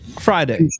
Friday